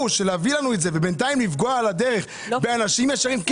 להביא לנו את זה ובינתיים אל הדרך לפגוע באנשים ישרים,